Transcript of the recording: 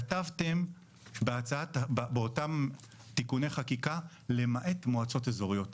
כתבתם באותם תיקוני חקיקה 'למעט מועצות אזוריות'.